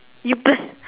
you per~